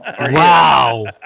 Wow